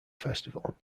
festival